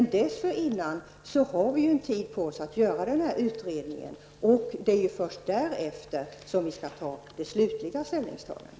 Men dessförinnan har vi en tid på oss att göra den här utredningen, och det är först därefter som vi skall göra det slutliga ställningstagandet.